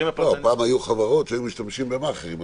פעם היו חברות היום שהיו משתמשות במאכרים,